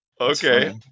okay